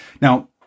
Now